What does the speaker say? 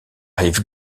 rive